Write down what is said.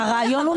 לא, הרעיון הוא